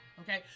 Okay